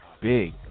big